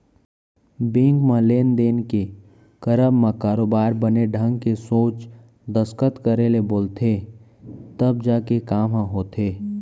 bank म लेन देन के करब म बरोबर बने ढंग के सोझ दस्खत करे ले बोलथे तब जाके काम ह होथे